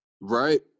Right